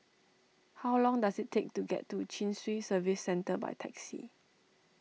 how long does it take to get to Chin Swee Service Centre by taxi